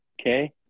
okay